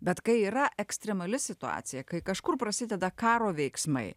bet kai yra ekstremali situacija kai kažkur prasideda karo veiksmai